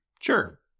Sure